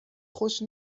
خوش